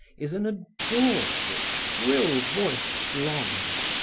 is an adorable, shrill-voiced blonde,